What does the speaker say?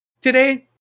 Today